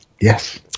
Yes